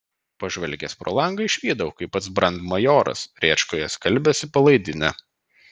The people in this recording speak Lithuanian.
pažvelgęs pro langą išvydau kaip pats brandmajoras rėčkoje skalbiasi palaidinę